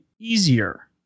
easier